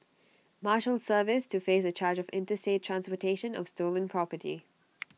marshals service to face A charge of interstate transportation of stolen property